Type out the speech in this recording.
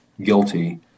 guilty